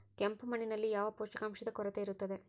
ಕೆಂಪು ಮಣ್ಣಿನಲ್ಲಿ ಯಾವ ಪೋಷಕಾಂಶದ ಕೊರತೆ ಇರುತ್ತದೆ?